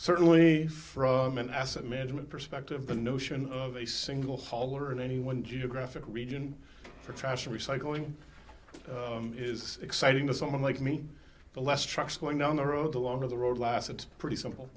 certainly from an asset management perspective the notion of a single haller in any one geographic region for trash recycling is exciting to someone like me the less trucks going down the road the longer the road last it's pretty simple